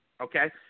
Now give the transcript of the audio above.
okay